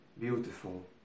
beautiful